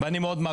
ממש בימים